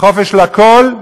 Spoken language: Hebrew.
חופש לכול,